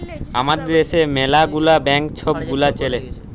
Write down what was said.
আমাদের দ্যাশে ম্যালা গুলা ব্যাংক ছব গুলা চ্যলে